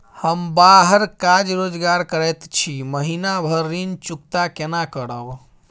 हम बाहर काज रोजगार करैत छी, महीना भर ऋण चुकता केना करब?